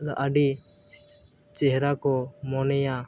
ᱟᱹᱰᱤ ᱪᱮᱦᱨᱟ ᱠᱚ ᱢᱚᱱᱮᱭᱟ